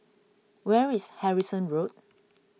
where is Harrison Road